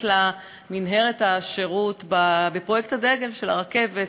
לה מנהרת השירות בפרויקט הדגל של הרכבת,